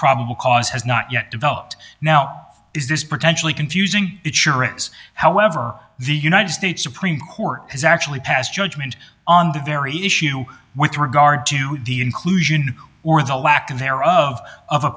probable cause has not yet developed now is this pretentiously confusing however the united states supreme court has actually passed judgment on the very issue with regard to the inclusion or the lack